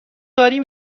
داریم